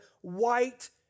white